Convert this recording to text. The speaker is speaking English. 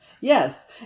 Yes